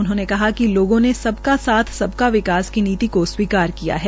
उन्होंने कहा कि लोगों ने सबका साथ सबका विकास की नीति को स्वीकार किया है